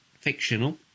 fictional